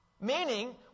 Meaning